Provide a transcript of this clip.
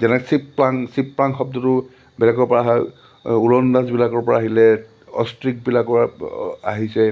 যেনে শব্দটো বেলেগৰপৰা অহা উৰণ দাসবিলাকৰপৰা আহিলে অষ্ট্ৰিকবিলাকৰ আহিছে